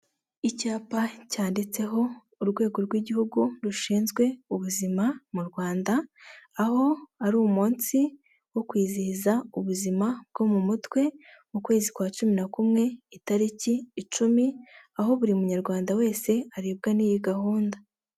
Icyapa cyanditseho urwego rw'igihugu rushinzwe ubuzima mu Rwanda, aho ari umunsi wo kwizihiza ubuzima bwo mu mutwe, mu kwezi kwa cumi na kumwe, itariki icumi, aho buri Munyarwanda wese arebwa n'iyi gahunda.